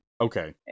Okay